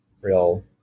real